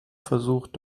versucht